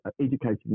educating